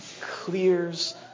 clears